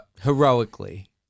heroically